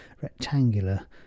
rectangular